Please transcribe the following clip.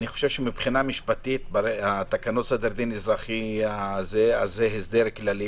אני חושב שמבחינה משפטית תקנות סדר הדין האזרחי זה הסדר כללי,